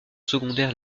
secondaire